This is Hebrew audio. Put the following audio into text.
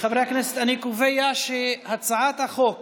חברי הכנסת, אני קובע שהצעת החוק